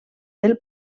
del